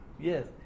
yes